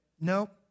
Nope